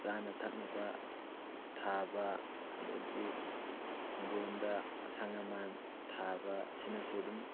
ꯆꯥꯅ ꯊꯛꯅꯕ ꯊꯥꯕ ꯑꯗꯒꯤ ꯍꯤꯡꯒꯣꯟꯗ ꯑꯁꯪ ꯑꯃꯥꯟ ꯊꯥꯕ ꯑꯁꯤꯅꯁꯨ ꯑꯗꯨꯝ